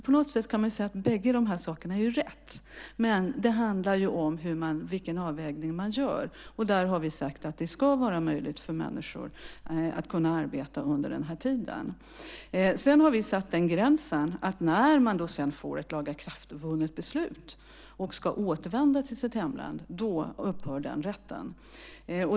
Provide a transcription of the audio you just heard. På något sätt kan man ju säga att båda de här sakerna är rätt, men det handlar om vilken avvägning man gör. Där har vi sagt att det ska vara möjligt för människor att arbeta under den här tiden. Sedan har vi satt den gränsen att när man sedan får ett lagakraftvunnet beslut och ska återvända till sitt hemland upphör den rätten.